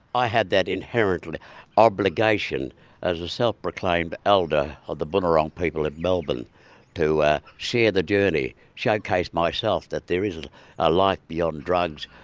i had that inherent obligation as a self-proclaimed elder of the boonwurrung people in melbourne to share the journey and showcase myself that there is a life beyond drugs,